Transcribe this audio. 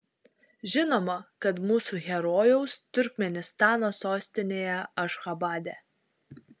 žinoma kad mūsų herojaus turkmėnistano sostinėje ašchabade